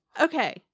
Okay